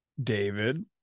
David